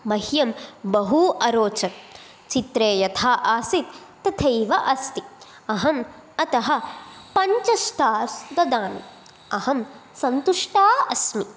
मह्यं बहु अरोचत् चित्रे यथा आसीत् तथैव अस्ति अहं अतः पञ्च स्टार्स् ददामि अहं सन्तुष्टा अस्मि